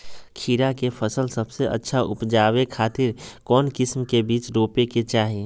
खीरा के फसल सबसे अच्छा उबजावे खातिर कौन किस्म के बीज रोपे के चाही?